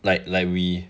like like we